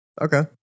Okay